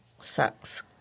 sucks